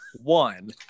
one